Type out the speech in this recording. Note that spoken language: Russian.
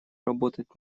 работать